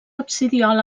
absidiola